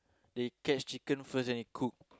they catch chicken first then they cook